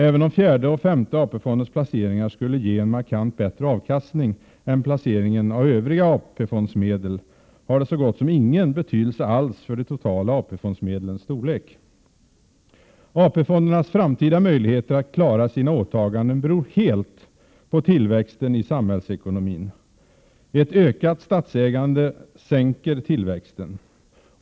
Även om fjärde och femte AP-fondens placeringar skulle ge en markant bättre avkastning än placeringen av övriga AP-fondsmedel, har den så gott som ingen betydelse alls för de totala AP-fondsmedlens storlek. AP-fondernas framtida möjligheter att klara sina åtaganden beror helt på tillväxten i samhällsekonomin. Ett ökat statsägande sänker tillväxten.